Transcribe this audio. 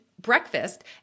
breakfast